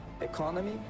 Economy